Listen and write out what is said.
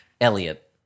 Elliot